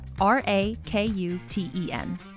R-A-K-U-T-E-N